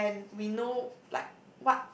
and we know like